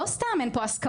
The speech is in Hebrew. ולא סתם אין פה הסכמות.